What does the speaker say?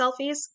selfies